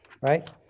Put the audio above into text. right